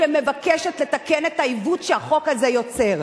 שמבקשת לתקן את העיוות שהחוק הזה יוצר.